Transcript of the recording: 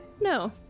No